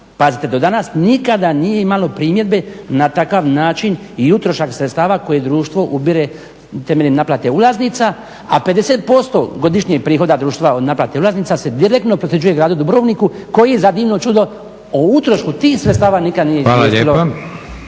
pazite do danas nikada nije imalo primjedbe na takav način i utrošak sredstava koje društvo ubire temeljem naplate ulaznica, a 50% godišnjih prihoda društva od naplate ulaznica se direktno prosljeđuje gradu Dubrovniku koji za divno čudo o utrošku tih sredstava nikad nije izvijestilo